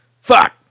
fuck